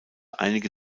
einige